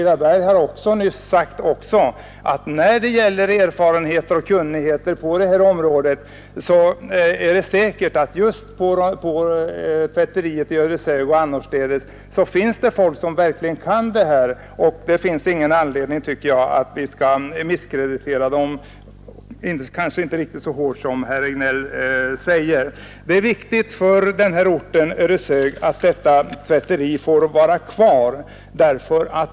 De säger, liksom herr Ericsson i Åtvidaberg nyss gjorde, att det på tvätteriet i Ödeshög och annorstädes verkligen finns folk som kan detta. Det finns då ingen anledning att misskreditera dessa personer. Det är viktigt för Ödeshög att tvätteriet får vara kvar.